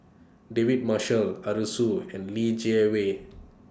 David Marshall Arasu and Li Jiawei